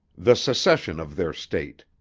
the secession of their state.